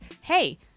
hey